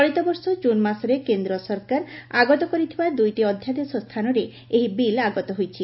ଚଳିତବର୍ଷ ଜୁନ୍ ମାସରେ କେନ୍ଦ୍ ସରକାର ଆଗତ କରିଥିବା ଦୁଇଟି ଅଧ୍ଧାଦେଶ ସ୍ରାନରେ ଏହି ବିଲ୍ ଆଗତ ହୋଇଛି